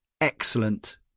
excellent